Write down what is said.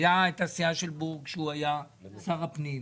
הייתה את הסיעה של בורג כשהוא היה שר הפנים,